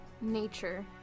Nature